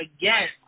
again